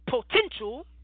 potential